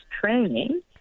training